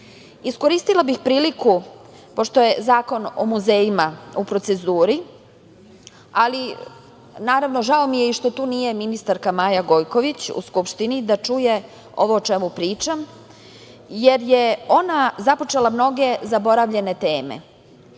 Makedonije. Iskoristila bih priliku pošto je Zakon o muzejima u proceduri, ali naravno, žao mi je i što tu nije ministarka Maja Gojković u Skupštini da čuje ovo o čemu pričam, jer je ona započela mnoge zaboravljene teme.